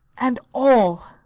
and all.